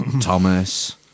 Thomas